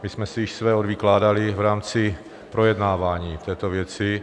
My jsme si již své odvykládali v rámci projednávání v této věci.